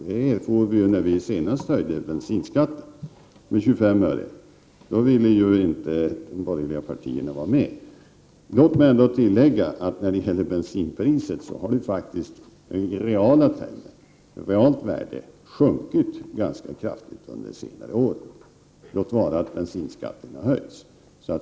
Det erfor vi när vi senast höjde bensinskatten med 25 öre. Då ville ju de borgerliga partierna inte vara med. Låt mig ändå tillägga att bensinpriset i reala termer har sjunkit ganska kraftigt under senare år, låt vara att bensinskatten har höjts.